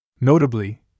Notably